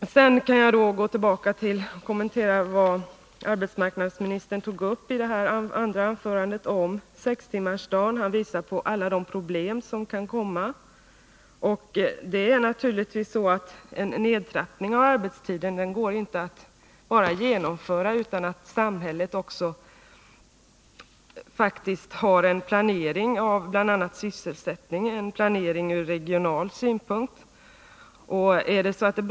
Jag vill gärna kommentera det arbetsmarknadsministern i sitt andra anförande tog upp om sextimmarsdagen. Han visade på alla de problem som kan uppstå. En nedtrappning av arbetstiden går naturligtvis inte att genomföra utan att samhället också har en planering, bl.a. av sysselsättningen. Denna planering måste också göras med hänsyn till regionala synpunkter.